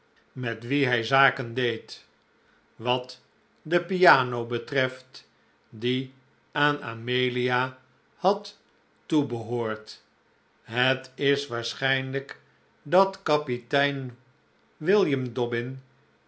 met wien hij zaken deed wat de piano betreft die aan amelia had toebehoord het is waarschijnlijk dat kapitein william dobbin